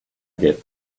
get